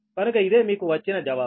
కనుక ఇదే మీకు వచ్చిన జవాబు